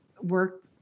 work